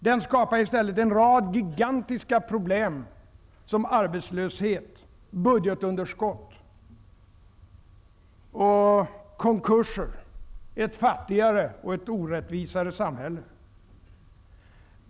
Den skapade i stället en rad gigantiska problem som arbetslöshet, budgetunderskott, konkurser, ett fattigare och ett orättvisare samhälle.